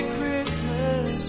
Christmas